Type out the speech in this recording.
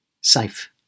safe